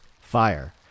fire